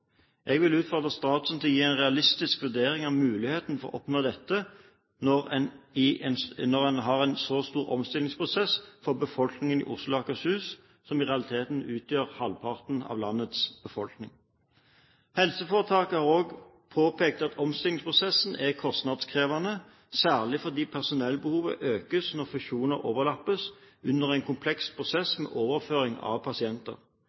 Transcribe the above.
Jeg vil utfordre statsråden til å gi en realistisk vurdering av muligheten for å oppnå dette når en har en så stor omstillingsprosess for befolkningen i Oslo og Akershus – som i realiteten utgjør halvparten av landets befolkning. Helseforetakene har også påpekt at omstillingsprosessen er kostnadskrevende, særlig fordi personellbehovet økes når fusjoner overlappes under en kompleks prosess med overføring av pasienter.